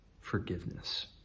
forgiveness